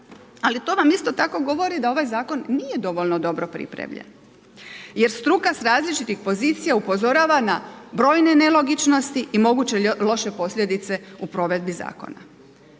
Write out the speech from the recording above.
ali to vam isto tako govori da ovaj zakon nije dovoljno dobro pripremljen. Jer struka s različitih pozicija upozorava na brojne nelogičnosti i moguće loše posljedice u provedbi zakona.